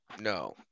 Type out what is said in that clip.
no